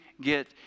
get